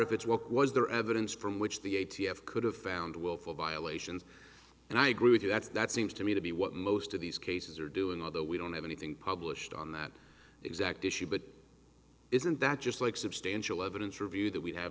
if it's what was there evidence from which the a t f could have found willful violations and i agree with you that's that seems to me to be what most of these cases are doing although we don't have anything published on that exact issue but isn't that just like substantial evidence or view that we have